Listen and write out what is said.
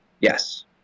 Yes